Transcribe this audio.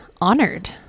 honored